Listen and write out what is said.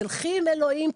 תלכי עם אלוהים,